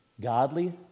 Godly